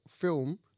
film